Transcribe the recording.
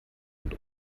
und